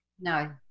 No